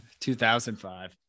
2005